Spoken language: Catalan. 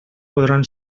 podran